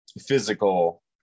physical